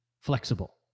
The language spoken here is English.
flexible